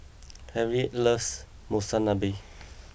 Harriet loves Monsunabe